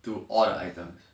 to all the items